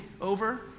over